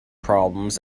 problems